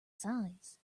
size